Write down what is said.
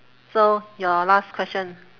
so your last question